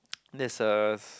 let's us